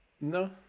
No